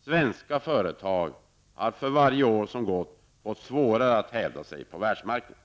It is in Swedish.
Svenska företag har för varje år som gått fått allt svårare att hävda sig på världsmarknaden.